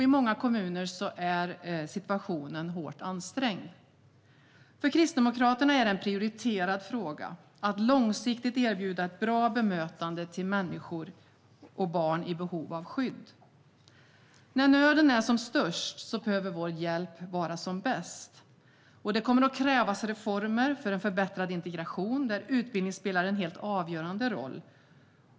I många kommuner är situationen hårt ansträngd. För Kristdemokraterna är det en prioriterad fråga att långsiktigt erbjuda ett bra bemötande till människor och barn i behov av skydd. När nöden är som störst behöver vår hjälp vara som bäst. Det kommer att krävas reformer för förbättrad integration, där utbildning spelar en helt avgörande roll.